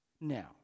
Now